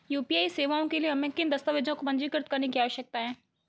UPI सेवाओं के लिए हमें किन दस्तावेज़ों को पंजीकृत करने की आवश्यकता है?